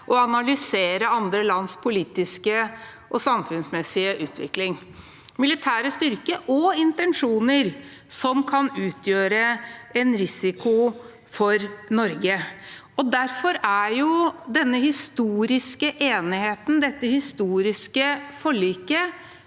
og analysere andre lands politiske og samfunnsmessige utvikling, militære styrker og intensjoner som kan utgjøre en risiko for Norge. Derfor er denne historiske enigheten, dette historiske forliket,